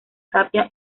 tapia